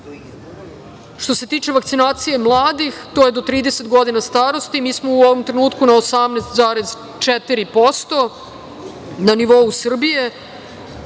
se tiče vakcinacije mladih, to je do 30 godina starosti, mi smo u ovom trenutku na 18,4% na nivou Srbije,